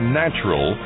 natural